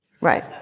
Right